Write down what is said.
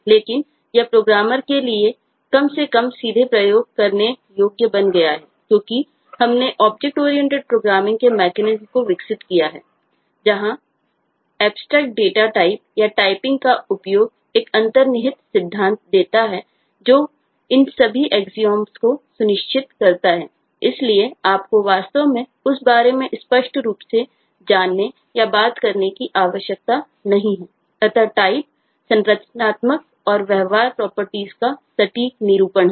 लेकिन यह प्रोग्रामर के लिए कम से कम सीधे प्रयोग करने योग्य बन गया है क्योंकि हमने ऑब्जेक्ट ओरिएंटेड प्रोग्रामिंग संरचनात्मक और व्यवहार प्रॉपर्टीज का सटीक निरूपण है